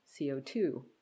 CO2